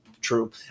true